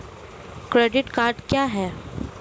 Credit card क्या है?